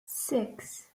six